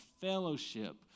fellowship